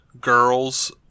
girls